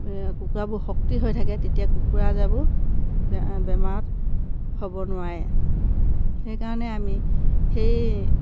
কুকুৰাবোৰ শক্তি হৈ থাকে তেতিয়া কুকুৰাবোৰ বেমাৰত হ'ব নোৱাৰে সেইকাৰণে আমি সেই